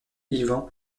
ivan